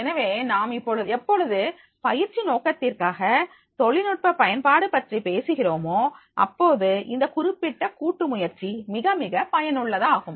எனவே நாம் எப்பொழுது பயிற்சி நோக்கத்திற்காக தொழில்நுட்ப பயன்பாடு பற்றி பேசுகிறோமா அப்பொழுது இந்த குறிப்பிட்ட கூட்டுமுயற்சி மிகமிக பயனுள்ளதாகும்